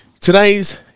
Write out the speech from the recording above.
today's